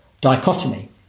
dichotomy